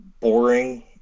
boring